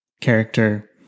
character